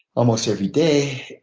almost every day,